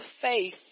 faith